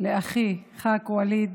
לאחי חבר הכנסת ווליד